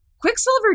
Quicksilver